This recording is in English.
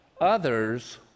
others